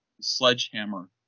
Sledgehammer